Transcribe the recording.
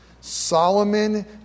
Solomon